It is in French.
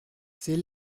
c’est